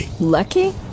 Lucky